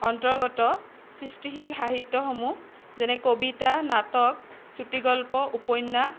অন্তৰ্গত সৃষ্টিশীল সাহিত্যসমূহ যেনে কবিতা নাটক চুটিগল্প উপন্যাস